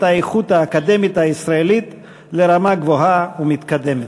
האיכות האקדמית הישראלית לרמה גבוהה ומתקדמת.